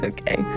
Okay